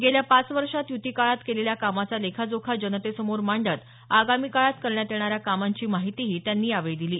गेल्या पाच वर्षांत युती काळात केलेल्या कामाचा लेखाजोखा जनतेसमोर मांडत आगामी काळात करण्यात येणाऱ्या कामांची माहितीही दिली